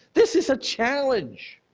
this is a challenge,